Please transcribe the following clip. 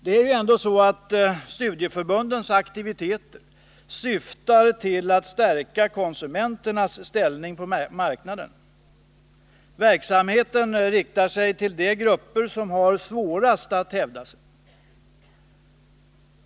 Det är ju ändå så, att studieförbundens aktiviteter syftar till att stärka konsumenternas ställning på marknaden. Verksamheten riktar sig till de grupper som har svårast att hävda sig.